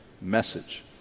message